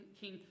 king